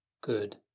Good